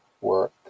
work